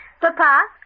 Papa